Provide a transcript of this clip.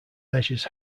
measures